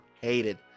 hated